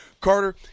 Carter